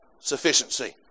sufficiency